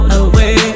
away